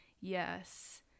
yes